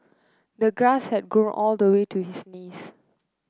the grass had grown all the way to his knees